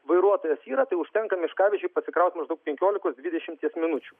vairuotojas yra tai užtenka miškavežiui pasikraut maždaug penkiolikos dvidešimties minučių